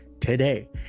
today